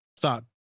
thought